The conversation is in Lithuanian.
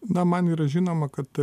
na man yra žinoma kad